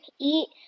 eat